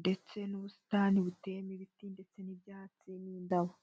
ndetse n'ubusitani buteyemo ibiti ndetse n'ibyatsi n'indabo.